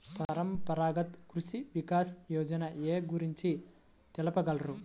పరంపరాగత్ కృషి వికాస్ యోజన ఏ గురించి తెలుపగలరు?